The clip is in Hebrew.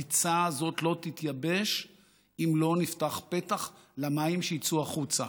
הביצה הזאת לא תתייבש אם לא נפתח פתח למים שיצאו החוצה,